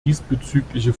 diesbezügliche